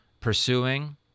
pursuing